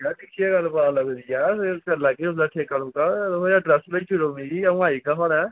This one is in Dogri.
कोई ना करी लैगे ठेका ते अँऊ आई जाह्गा थुआढ़े